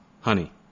honey